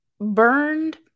burned